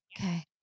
Okay